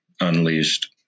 unleashed